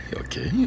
okay